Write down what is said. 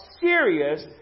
serious